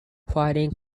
fighting